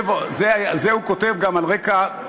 את זה הוא כותב על הרקע,